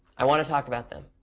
i want to talk about them.